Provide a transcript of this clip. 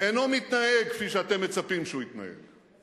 אינו מתנהג כפי שאתם מצפים שהוא יתנהג.